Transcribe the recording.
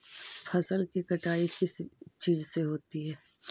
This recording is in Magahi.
फसल की कटाई किस चीज से होती है?